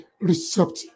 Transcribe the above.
receptive